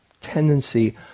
tendency